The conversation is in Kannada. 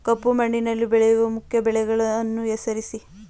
ಕಪ್ಪು ಮಣ್ಣಿನಲ್ಲಿ ಬೆಳೆಯುವ ಮುಖ್ಯ ಬೆಳೆಗಳನ್ನು ಹೆಸರಿಸಿ